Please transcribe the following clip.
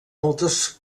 moltes